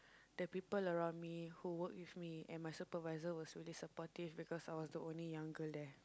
the people around me who work with me and my supervisor was so supportive because I was the only young girl there